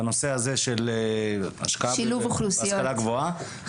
בנושא הזה של השקעה בהשכלה גבוהה -- שילוב אוכלוסיות,